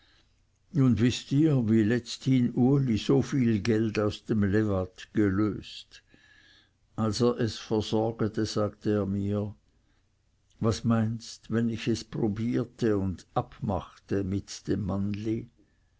nun wißt ihr wie letzthin uli so viel geld aus dem lewat gelöst als er es versorge sagte er mir was meinst wenn ich es probierte und ab machte mit dem mannli